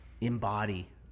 embody